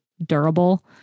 durable